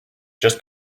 just